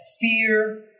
fear